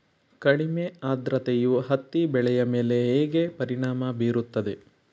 ಕಡಿಮೆ ಆದ್ರತೆಯು ಹತ್ತಿ ಬೆಳೆಯ ಮೇಲೆ ಹೇಗೆ ಪರಿಣಾಮ ಬೀರುತ್ತದೆ?